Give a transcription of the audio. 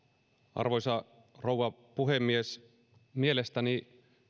arvoisa rouva puhemies mielestäni